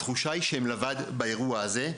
התחושה היא שהם לבד באירוע הזה.